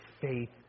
faith